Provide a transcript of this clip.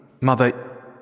Mother